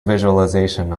visualization